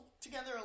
together